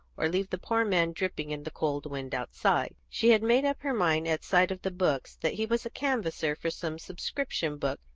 or leave the poor man dripping in the cold wind outside. she had made up her mind, at sight of the books, that he was a canvasser for some subscription book,